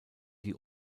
die